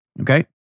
Okay